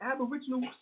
aboriginal